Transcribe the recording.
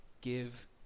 give